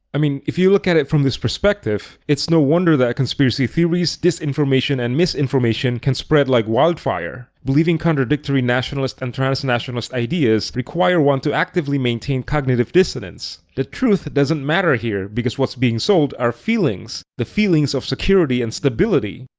i mean if you look at it from this perspective, it's no wonder that conspiracy theories, disinformation and misinformation can spread like wildfire. believing contradictory nationalist and transnationalist ideas requires one to actively maintain cognitive dissonance. the truth doesn't matter here because what's being sold are feelings. the feelings of security and stability.